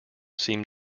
seem